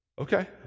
Okay